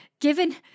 Given